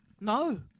no